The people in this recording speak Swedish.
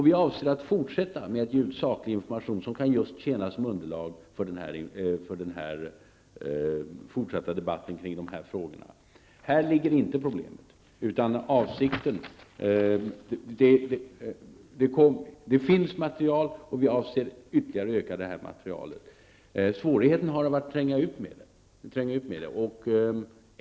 Vi avser att fortsätta att ge ut saklig information som just kan tjäna som underlag för en fortsatt debatt kring dessa frågor. Här ligger inte problemt. Det finns material, och vi avser att ytterligare öka utbudet av material. Svårigheten har varit att tränga ut med materialet.